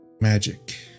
magic